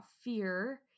fear